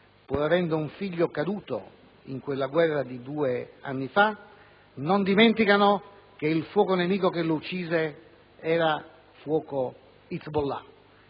pur avendo perso un figlio in quella guerra di due anni fa, non dimenticano che il "fuoco nemico" che lo uccise era fuoco Hezbollah.